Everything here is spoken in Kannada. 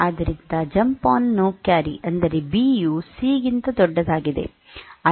ಆದ್ದರಿಂದ ಜಂಪ್ ಆನ್ ನೋ ಕ್ಯಾರಿ ಅಂದರೆ ಬಿ ಯು ಸಿ ಗಿಂತ ದೊಡ್ಡದಾಗಿದೆ